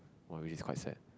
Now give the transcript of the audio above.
!wow! really quite sad